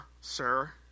sir